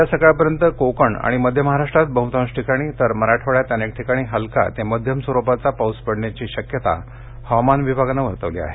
उद्या सकाळपर्यंत कोकण आणि मध्य महाराष्ट्रात बहतांश ठिकाणी तर मराठवाड्यात अनेक ठिकाणी हलका ते मध्यम स्वरुपाचा पाऊस पडण्याची शक्यता हवामान विभागानं वर्तवली आहे